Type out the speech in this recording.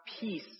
peace